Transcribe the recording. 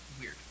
weird